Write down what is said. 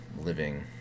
living